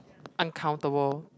uncountable